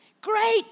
great